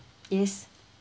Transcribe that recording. yes